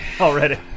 Already